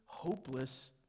Hopeless